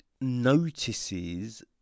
notices